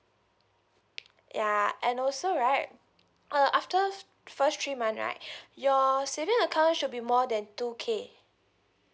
ya and also right uh after first three month right your saving account should be more than two K